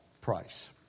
price